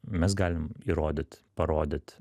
mes galim įrodyt parodyt